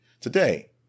Today